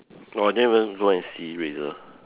oh I didn't even go and see Razor